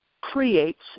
creates